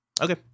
Okay